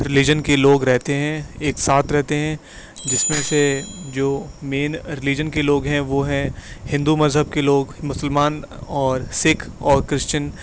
religion کے لوگ رہتے ہیں ایک ساتھ رہتے ہیں جس میں سے جو مین ریلیجن کے لوگ ہیں وہ ہیں ہندو مذہب کے لوگ مسلمان اور سکھ اور کرسچن